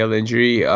injury